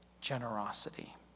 generosity